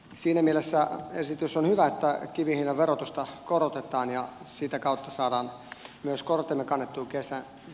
siinä mielessä esitys on hyvä että kivihiilen verotusta korotetaan ja sitä kautta saadaan myös kortemme kannettua kesa